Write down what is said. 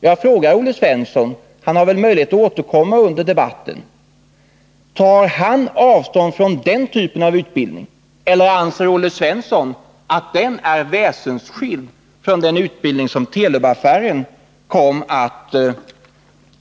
Jag frågar Olle Svensson, som har möjlighet att återkomma under debatten, om han tar avstånd från den typen av utbildning eller om han anser att den är väsensskild från den Nr 145 utbildning som Telub-affären gäller.